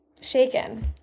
Shaken